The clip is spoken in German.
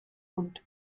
und